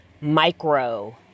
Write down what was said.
micro